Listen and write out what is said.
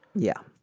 yeah.